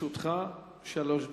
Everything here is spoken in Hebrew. לרשותך שלוש דקות.